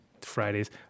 Fridays